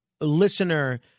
listener